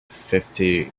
fifty